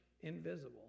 invisible